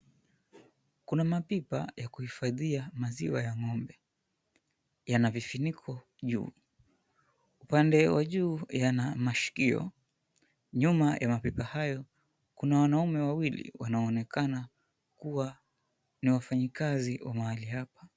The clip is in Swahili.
Kuna mapipa ya kuhifadhia maziwa ya ng'ombe yana vifuniko juu, upande wa juu yana mashkio nyuma ya mapipa hayo kuna wanaume wawili wanaoonekana kuwa ni wafanyikazi wa mahali hapa.